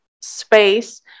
space